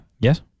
Yes